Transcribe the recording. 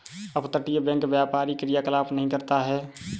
अपतटीय बैंक व्यापारी क्रियाकलाप नहीं करता है